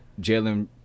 Jalen